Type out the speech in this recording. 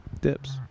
dips